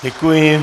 Děkuji.